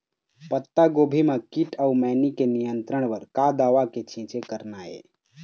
पत्तागोभी म कीट अऊ मैनी के नियंत्रण बर का दवा के छींचे करना ये?